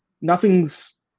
nothing's